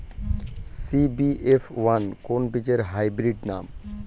CBF one কোন বীজের hybrid নাম?